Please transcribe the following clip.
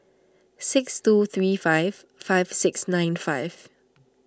six two three five five six nine five